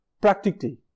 practically